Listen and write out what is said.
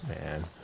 man